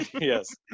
yes